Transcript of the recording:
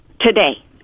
today